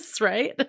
right